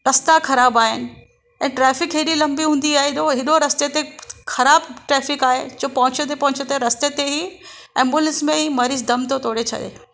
रस्ता ख़राबु आहिनि ऐं ट्रॅफिक हेॾी लंबी हूंदी आहे एॾो हेॾो रस्ते ते ख़राबु ट्रॅफिक आहे जो पहुचंदे पहुचंदे रस्ते ते ई एंबुलेंस में ही मरीज़ु दमु थो तोड़े छॾे